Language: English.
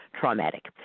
traumatic